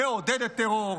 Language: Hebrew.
מעודדת טרור,